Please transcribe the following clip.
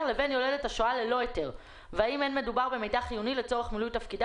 לבין יולדת השוהה ללא היתר והאם אין מדובר במידע חיוני לצורך מילוי תפקידה